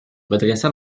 redressa